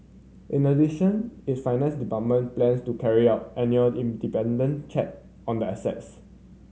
in addition its finance department plans to carry out annual independent check on the assets